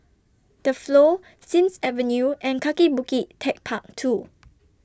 The Flow Sims Avenue and Kaki Bukit Techpark two